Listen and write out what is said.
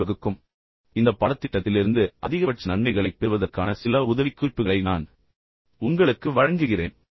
இப்போது இந்த பாடத்திட்டத்திலிருந்து அதிகபட்ச நன்மைகளைப் பெறுவதற்கான சில விரைவான உதவிக்குறிப்புகளை நான் உங்களுக்கு வழங்குகிறேன்